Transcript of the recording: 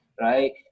right